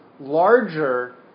Larger